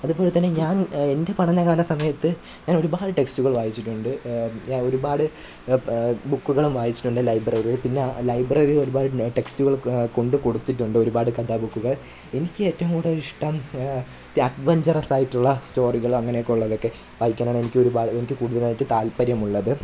അതു പോലെ തന്നെ ഞാന് എന്റെ പഠനകാല സമയത്ത് ഞാനൊരുപാട് ടെക്സ്റ്റുകള് വായിച്ചിട്ടുണ്ട് ഞാന് ഒരുപാട് ബുക്കുകളും വായിച്ചിട്ടുണ്ട് ലൈബ്രറിയിൽ പിന്നെ ലൈബ്രറിയിൽ നിന്ന് ഒരുപാട് നൊ ടെക്സ്റ്റുകളൊക്കെ കൊണ്ട് കൊടുത്തിട്ടുണ്ട് ഒരുപാട് കഥാ ബുക്കുകള് എനിക്ക് ഏറ്റവും കൂടുതലിഷ്ടം റ്റെ അക്വന്ച്ചറസ്സായിട്ടുള്ള സ്റ്റോറികളൊ അങ്ങനെയൊക്കെ ഉള്ളതൊക്കെ വായിക്കാനാണ് എനിക്കൊരുപാട് എനിക്ക് കൂടുതലായിട്ട് താത്പര്യമുള്ളത്